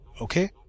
Okay